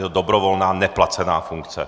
Je to dobrovolná, neplacená funkce.